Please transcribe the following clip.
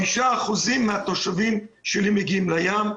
5% מהתושבים שלי מגיעים לים,